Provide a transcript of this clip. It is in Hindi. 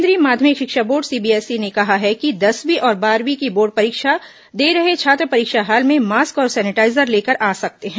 केन्द्रीय माध्यमिक षिक्षा बोर्ड सीबीएसई ने कहा है कि दसवीं और बारहवीं की बोर्ड परीक्षा दे रहे छात्र परीक्षा हॉल में मास्क और सेनिटाइजर लेकर आ सकते हैं